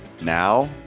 Now